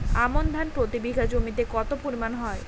আমন ধান প্রতি বিঘা জমিতে কতো পরিমাণ হয়?